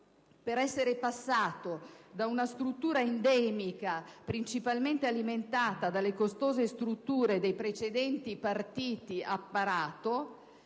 passando da una natura endemica, principalmente alimentata dalle costose strutture dei precedenti partiti-apparato,